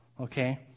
okay